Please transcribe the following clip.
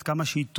עד כמה שהיא טובה.